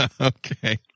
Okay